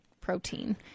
protein